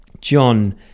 John